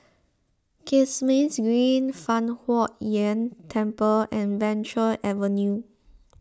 Kismis Green Fang Huo Yuan Temple and Venture Avenue